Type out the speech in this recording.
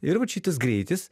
ir vat šitas greitis